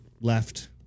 left